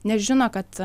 nežino kad